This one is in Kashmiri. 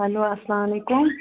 ہیٚلو اَسلام علیکُم